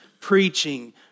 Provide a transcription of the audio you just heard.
preaching